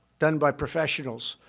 done by professionals.